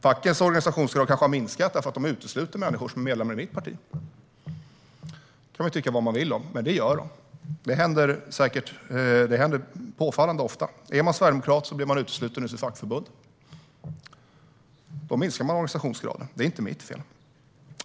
Fackens organisationsgrad kanske har minskat därför att de utesluter människor som är medlemmar i mitt parti. Det kan man tycka vad man vill om, men det gör de. Det händer påfallande ofta. Är man sverigedemokrat blir man utesluten ur sitt fackförbund. Då minskar fackens organisationsgrad. Det är inte mitt fel.